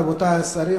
רבותי השרים,